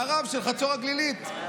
והרב של חצור הגלילית,